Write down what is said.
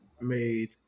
made